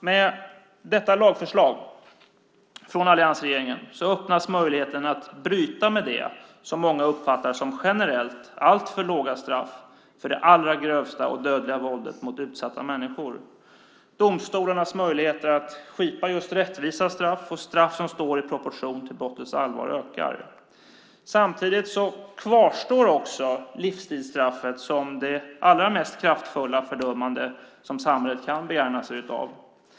Med detta lagförslag från alliansregeringen öppnas möjligheten att bryta med det som många uppfattar som generellt alltför låga straff för det allra grövsta och dödliga våldet mot utsatta människor. Domstolarnas möjligheter att skipa rättvisa straff och straff som står i proportion till brottets allvar ökar. Samtidigt kvarstår också livstidsstraffet som det mest kraftfulla fördömande som samhället kan begagna sig av.